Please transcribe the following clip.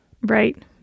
Right